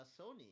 Sony